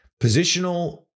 Positional